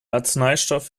arzneistoff